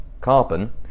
carbon